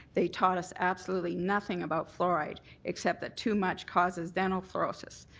they taught us absolutely nothing about fluoride except that too much causes dental flurosis.